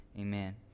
amen